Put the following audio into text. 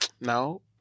No